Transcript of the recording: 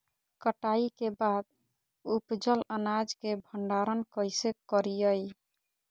कटाई के बाद उपजल अनाज के भंडारण कइसे करियई?